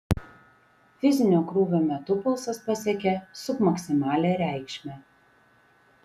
fizinio krūvio metu pulsas pasiekė submaksimalią reikšmę